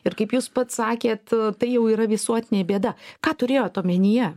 ir kaip jūs pats sakėt tai jau yra visuotinė bėda ką turėjot omenyje